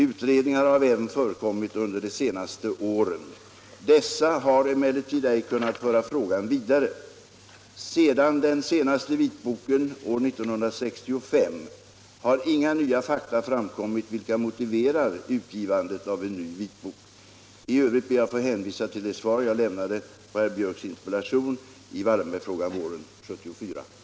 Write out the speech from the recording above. Utredningar har även förekommit under de senaste åren. Dessa har emellertid ej kunnat föra frågan vidare. Sedan den senaste vitboken, 1965, har inga nya fakta framkommit vilka motiverar utgivandet av en ny vitbok. I övrigt ber jag få hänvisa till det svar jag lämnade på herr Björcks interpellation i Wallenbergfrågan våren 1974.